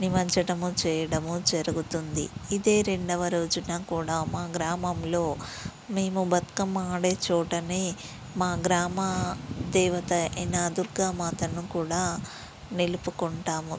నిమజ్జనం చేయడం జరుగుతుంది ఇదే రెండవ రోజున కూడా మా గ్రామంలో మేము బతుకమ్మ ఆడే చోటనే మా గ్రామ దేవత అయిన దుర్గా మాతను కూడా నిలుపుకుంటాము